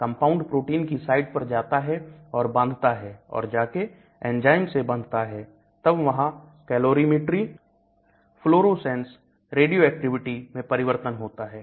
compound protein की site पर जाता है और बंधता है और जाके एंजाइम से बंधता है तब वहां कैलोरीमेट्री फ्लोरोसेंस रेडियो एक्टिविटी में परिवर्तन होता है